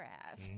ass